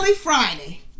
Friday